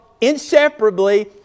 inseparably